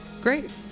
Great